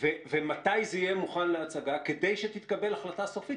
ומתי זה יהיה מוכן להצגה כדי שתתקבל החלטה סופית?